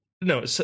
No